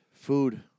Food